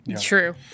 True